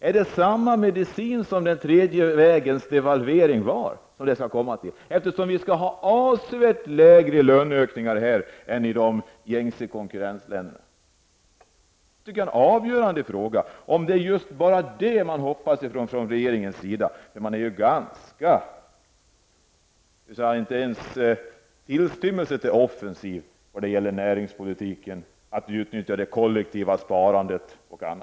Är det samma medicin som den tredje vägens devalvering innebar som skall gälla? Det skall ju vara avsevärt mindre löneökningar här i Sverige jämfört med motsvarande konkurrentländer. Jag tycker att det är en avgörande fråga. Är det alltså verkligen just detta som man hoppas på från regeringens sida? Inte ens en tillstymmelse till offensivt handlande kan ju konstateras vad gäller näringspolitiken, detta med att utnyttja det kollektiva sparandet osv.